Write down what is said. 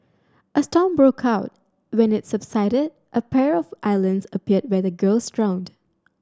a storm broke out when it subsided a pair of islands appeared where the girls drowned